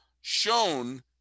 shown